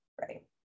Right